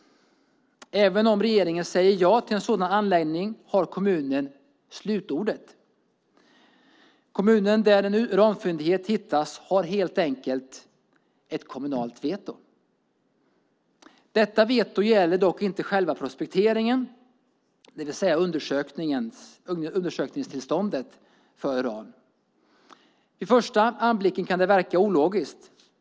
Även om regeringen säger ja till en sådan anläggning har kommunen slutordet. Kommunen där en uranfyndighet hittas har helt enkelt ett kommunalt veto. Detta veto gäller dock inte själva prospekteringen, det vill säga undersökningstillståndet för uran. Vid första anblicken kan det verka ologiskt.